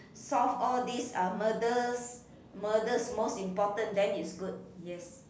solve all these uh murders murders most important then is good yes